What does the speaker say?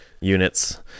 units